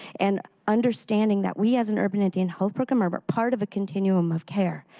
and understanding that we as an urban and and health program are but part of a continuum of care.